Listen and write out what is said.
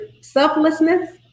selflessness